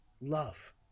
love